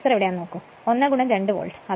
cursor നോക്കൂ 1 2 volt